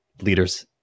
leaders